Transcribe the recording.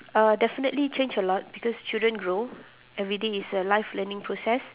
uh definitely change a lot because children grow every day is a life learning process